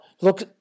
look